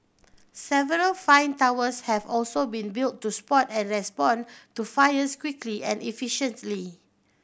several fire towers have also been built to spot and respond to fires quickly and efficiently